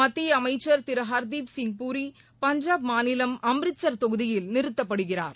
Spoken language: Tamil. மத்திய அமைச்சர் திரு ஹர்தீப் சிங் பூரி பஞ்சாப் மாநிலம் அம்ரித்சர் தொகுதியில் நிறுத்தப்படுகிறார்